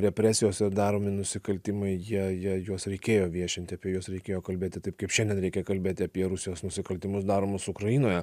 represijos ir daromi nusikaltimai jie jie juos reikėjo viešinti apie juos reikėjo kalbėti taip kaip šiandien reikia kalbėti apie rusijos nusikaltimus daromus ukrainoje